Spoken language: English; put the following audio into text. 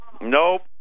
Nope